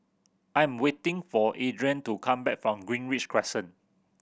I am waiting for Adrien to come back from Greenridge Crescent